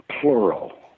plural